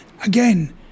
again